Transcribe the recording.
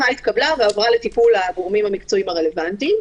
התקבלה והועברה לטיפול הגורמים המקצועיים הרלוונטיים.